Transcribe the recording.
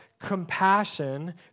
compassion